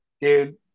dude